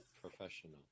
professional